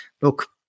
look